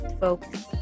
folks